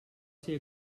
ser